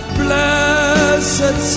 blessed